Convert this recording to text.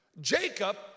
Jacob